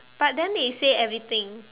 but then they said everything